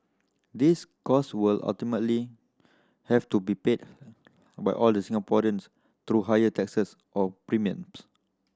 these costs will ultimately have to be paid by all the Singaporeans through higher taxes or premiums